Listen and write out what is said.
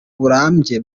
burambye